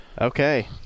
okay